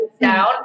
down